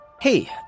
Hey